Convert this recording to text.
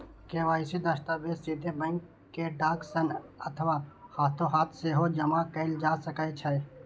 KYC दस्तावेज सीधे bank कें डाक सं अथवा हाथोहाथ सेहो जमा कैल जा सकै छै